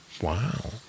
Wow